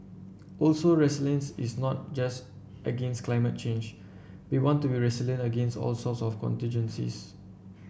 also resilience is not just against climate change we want to be resilient against all sorts of contingencies